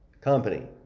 Company